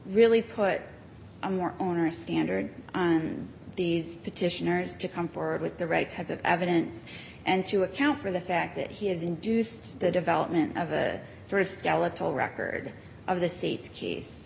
really put a more onerous standard these petitioners to come forward with the right type of evidence and to account for the fact that he has induced the development of a very skeletal record of the state's case